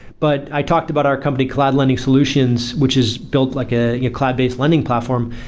but i talked about our company cloud lending solutions, which is built like a cloud-based lending platform.